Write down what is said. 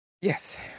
Yes